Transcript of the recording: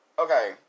okay